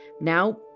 Now